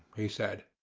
he said.